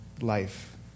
life